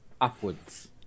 Upwards